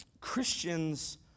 Christians